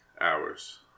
hours